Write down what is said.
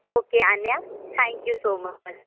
okay Anya thank you so much